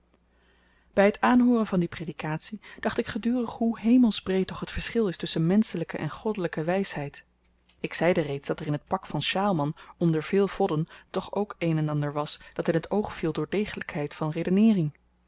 by t aanhooren van die predikatie dacht ik gedurig hoe hemelsbreed toch het verschil is tusschen menschelyke en goddelyke wysheid ik zeide reeds dat er in het pak van sjaalman onder veel vodden toch ook een en ander was dat in t oog viel door degelykheid van redeneering